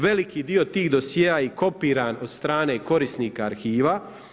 Veliki dio tih dosjea i kopiran od strane korisnika arhiva.